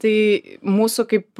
tai mūsų kaip